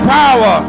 power